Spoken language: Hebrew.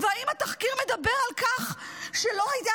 והאם התחקיר מדבר על כך שלא הייתה